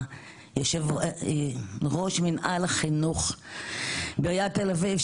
היא ראש מנהל החינוך בעיריית תל אביב,